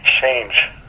change